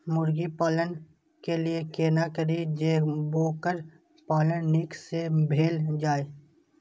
मुर्गी पालन के लिए केना करी जे वोकर पालन नीक से भेल जाय?